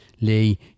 Lee